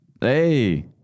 hey